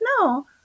no